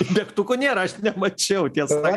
degtukų nėra aš nemačiau tiesa